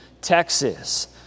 Texas